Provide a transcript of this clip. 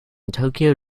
tokyo